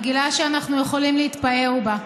מגילה שאנחנו יכולים להתפאר בה.